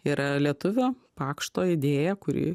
ir a lietuvių pakšto idėja kuri